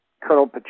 Colonel